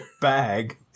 bag